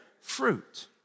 fruit